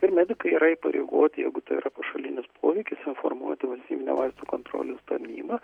ir medikai yra įpareigoti jeigu tai yra pašalinis poveikis informuoti valstybinę vaistų kontrolės tarnybą